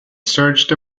searched